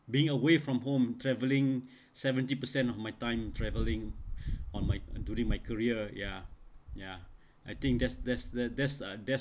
being away from home traveling seventy percent of my time travelling on my during my career ya ya I think that's that's that's uh that's